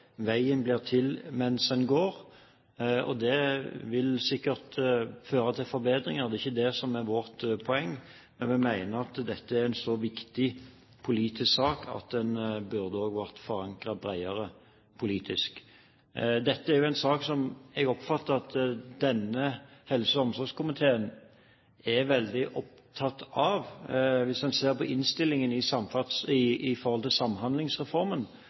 veien blir til mens en går. Det vil sikkert føre til forbedringer – det er ikke det som er vårt poeng – men vi mener at dette er en så viktig politisk sak at den burde vært forankret bredere politisk. Dette er en sak som jeg oppfatter at denne helse- og omsorgskomiteen er veldig opptatt av. Hvis en ser på innstillingen til Samhandlingsreformen,